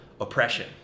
oppression